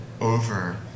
over